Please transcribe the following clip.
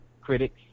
critics